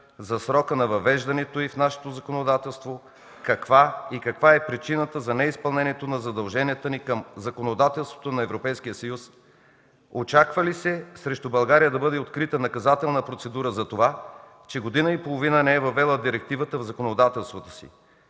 за срока на въвеждането й в нашето законодателство и каква е причината за неизпълнението на задълженията ни към законодателството на Европейския съюз? Очаква ли се срещу България да бъде открита наказателна процедура за това, че година и половина не е въвела директивата в законодателството си?